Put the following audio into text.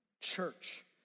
church